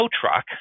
truck